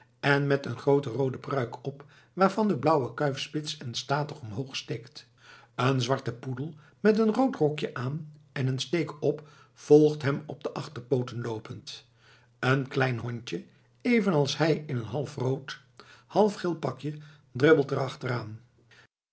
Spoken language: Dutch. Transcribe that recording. en met een groote roode pruik op waarvan de blauwe kuif spits en statig omhoogsteekt een zwarte poedel met een rood rokje aan en een steek op volgt hem op de achterpooten loopend een klein hondje evenals hij in een half rood half geel pakje dribbelt